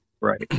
Right